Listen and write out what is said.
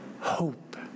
hope